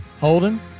Holden